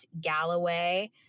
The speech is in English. Galloway